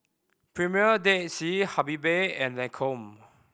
Premier Dead Sea Habibie and Lancome